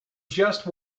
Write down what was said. just